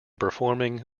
performing